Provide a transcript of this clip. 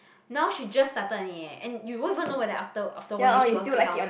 now she just started only eh and you won't even know whether after after one year she want quit how